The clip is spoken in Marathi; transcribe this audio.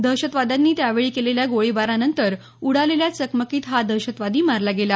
दहशतवाद्यांनी त्यावेळी केलेल्या गोळीबारानंतर उडालेल्या चकमकीत हा दहशतवादी मारला गेला